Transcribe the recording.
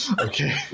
Okay